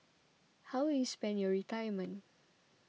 how will you spend your retirement